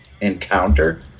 encounter